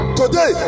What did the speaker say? today